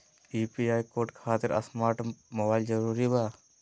UPI code खातिर smart mobile जरूरी बा?